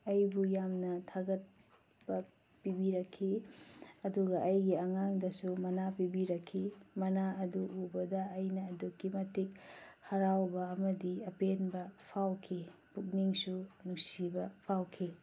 ꯑꯩꯕꯨ ꯌꯥꯝꯅ ꯊꯥꯒꯠꯄ ꯄꯤꯕꯤꯔꯛꯈꯤ ꯑꯗꯨꯒ ꯑꯩꯒꯤ ꯑꯉꯥꯡꯗꯁꯨ ꯃꯅꯥ ꯄꯤꯕꯤꯔꯛꯈꯤ ꯃꯅꯥ ꯑꯗꯨ ꯎꯕꯗ ꯑꯩꯅ ꯑꯗꯨꯛꯀꯤ ꯃꯇꯤꯛ ꯍꯔꯥꯎꯕ ꯑꯃꯗꯤ ꯑꯄꯦꯟꯕ ꯐꯥꯎꯈꯤ ꯄꯨꯛꯅꯤꯡꯁꯨ ꯅꯨꯡꯁꯤꯕ ꯐꯥꯎꯈꯤ